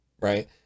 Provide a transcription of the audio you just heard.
right